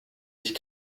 ich